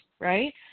right